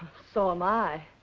so am i.